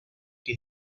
que